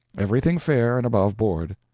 everything fair and above board.